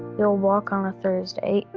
you'll walk on the thursday.